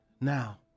now